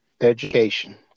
Education